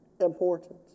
important